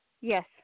Yes